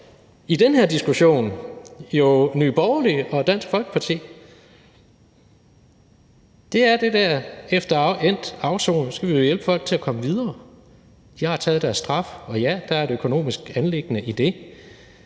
i den her diskussion adskiller Nye Borgerlige og Dansk Folkeparti. Det er det der med, at efter endt afsoning skal vi hjælpe folk til at komme videre. De har taget deres straf, og ja, der er et økonomisk anliggende i det,